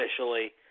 officially